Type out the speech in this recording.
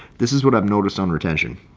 this is what i've noticed on retention